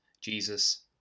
Jesus